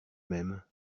même